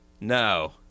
no